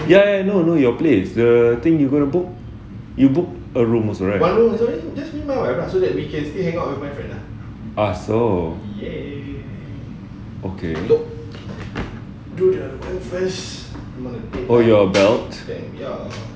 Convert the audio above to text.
ya ya no no your place the thing you gonna book you book a room also right ah so okay oh your belt